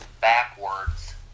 backwards